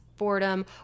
boredom